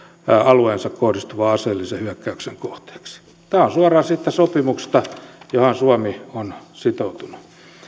alueeseensa kohdistuvan aseellisen hyökkäyksen kohteeksi tämä on suoraan siitä sopimuksesta johon suomi on sitoutunut